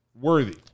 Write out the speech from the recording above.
Worthy